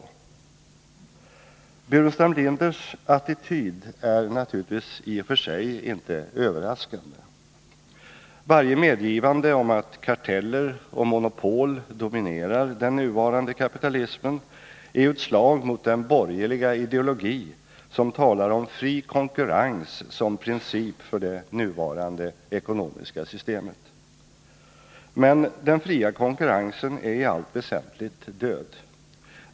Staffan Burenstam Linders attityd är naturligtvis i och för sig inte överraskande. Varje medgivande om att karteller och monopol dominerar den nuvarande kapitalismen är ju ett slag mot den borgerliga ideologi som talar om fri konkurrens som princip för det nuvarande ekonomiska systemet. Men den fria konkurrensen är i allt väsentligt död.